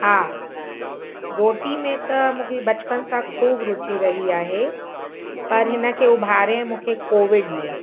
हा रोटी में त मूंखे बचपन सां खूब रुची रही आहे पर हिनखे उभारे मूंखे कोविड में